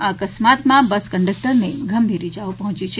આ અકસ્માતમાં બસ કંડક્ટરને ગંભીર ઇજાઓ પહોંચી છે